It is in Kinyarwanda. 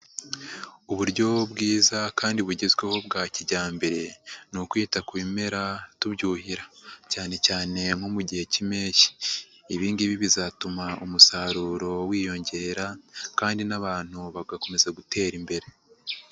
Uburyo bwiza kandi bugezweho bwa kijyambere, ni ukwita ku bimera tubyuhira cyane cyane nko mu gihe k'impeshyi, ibi ngibi bizatuma umusaruro wiyongera kandi n'abantu bagakomeza gutera imbere.